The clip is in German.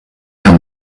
haben